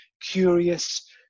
curious